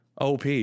OP